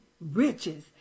riches